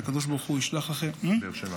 שהקדוש ברוך הוא ישלח לכם --- באר שבע.